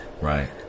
Right